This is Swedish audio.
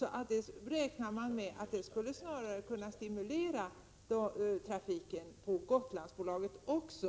Det räknar man med snarare skulle kunna stimulera trafiken på Gotlandsbolaget också.